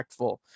impactful